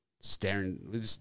staring